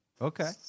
Okay